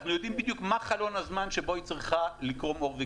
אנחנו קוראים לזה "שיטת תשלום חכמה,